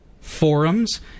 forums